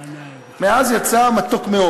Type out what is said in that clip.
מעז יצא מתוק.